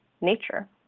nature